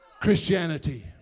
Christianity